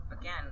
again